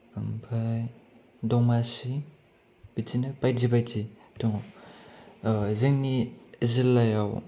ओमफाय दमासि बिदिनो बायदि बायदि दङ जोंनि जिल्लायाव